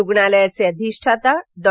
रुग्णालयाचे अधिष्ठाता डॉ